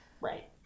right